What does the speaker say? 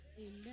Amen